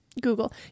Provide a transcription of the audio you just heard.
Google